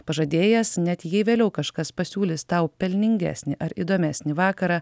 pažadėjęs net jei vėliau kažkas pasiūlys tau pelningesnį ar įdomesnį vakarą